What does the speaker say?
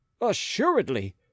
Assuredly